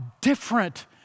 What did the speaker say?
different